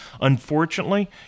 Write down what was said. Unfortunately